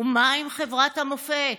ומה עם חברת המופת?